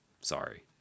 Sorry